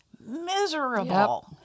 miserable